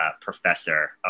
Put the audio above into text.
professor